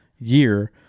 year